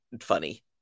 funny